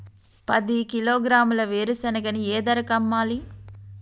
పది కిలోగ్రాముల వేరుశనగని ఏ ధరకు అమ్మాలి?